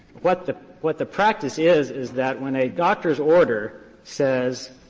what the what the practice is is that when a doctor's order says